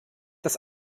das